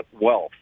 wealth